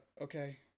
Okay